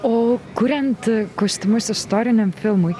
o kuriant kostiumus istoriniam filmui